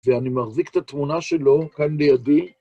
ואני מחזיק את התמונה שלו כאן לידי.